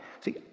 see